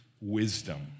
wisdom